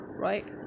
Right